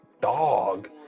dog